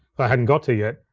but i hadn't got to yet,